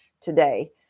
today